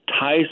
ties